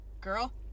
girl